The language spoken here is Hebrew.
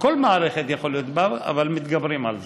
בכל מערכת זה יכול להיות, אבל מתגברים על זה.